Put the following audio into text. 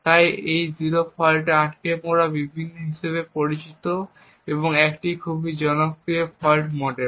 তাই এটি 0 ফল্টে আটকা পড়া হিসাবে পরিচিত এবং এটি একটি খুব জনপ্রিয় ফল্ট মডেল